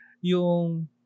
yung